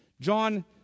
John